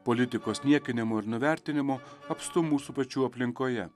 politikos niekinimų ir nuvertinimų apstu mūsų pačių aplinkoje